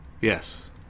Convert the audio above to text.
Yes